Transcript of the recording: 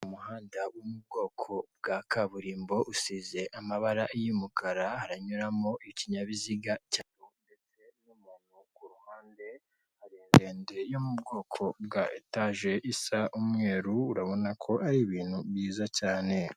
Umuhanda wo mu bwoko bw'akaburimbo usize amabara y'umukara aranyuramo ikinyabiziga ndetse n'umuntu ku ruhande, hari inzu ndetse yo mu bwoko bwa etage isa umweru urabona ko ari ibintu byiza cyane.